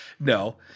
No